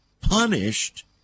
punished